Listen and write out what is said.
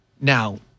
Now